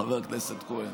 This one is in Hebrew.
חבר הכנסת כהן,